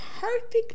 perfect